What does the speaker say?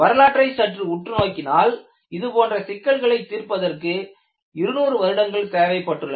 வரலாற்றை சற்று உற்று நோக்கினால் இதுபோன்ற சிக்கல்களை தீர்ப்பதற்கு 200 வருடங்கள் தேவை பட்டுள்ளன